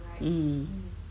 mm